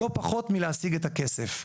לא פחות מלהשיג את הכסף.